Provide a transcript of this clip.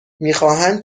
میخواهند